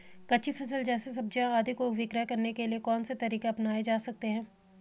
कच्ची फसल जैसे सब्जियाँ आदि को विक्रय करने के लिये कौन से तरीके अपनायें जा सकते हैं?